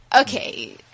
Okay